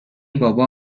بابا